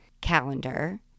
calendar